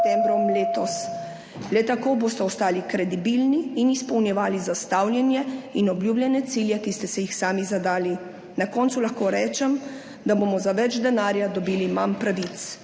Le tako boste ostali kredibilni in izpolnjevali zastavljene in obljubljene cilje, ki ste si jih sami zadali. Na koncu lahko rečem, da bomo za več denarja dobili manj pravic.